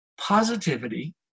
positivity